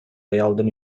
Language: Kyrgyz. аялдын